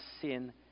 sin